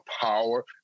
power